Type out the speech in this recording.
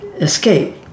escape